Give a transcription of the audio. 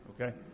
okay